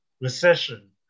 recession